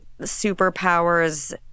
superpowers